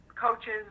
Coaches